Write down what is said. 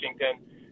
Washington